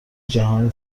جهانی